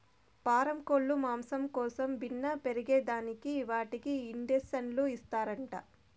పారం కోల్లు మాంసం కోసం బిన్నే పెరగేదానికి వాటికి ఇండీసన్లు ఇస్తారంట